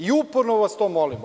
Uporno vas to molimo.